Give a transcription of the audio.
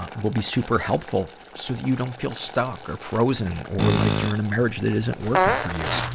ah will be super helpful so that you don't feel stuck or frozen or like you're in a marriage that isn't working for you.